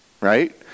right